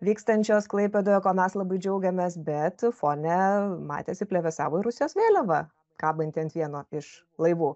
vykstančios klaipėdoje ko mes labai džiaugiamės bet fone matėsi plevėsavo ir rusijos vėliava kabanti ant vieno iš laivų